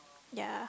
ya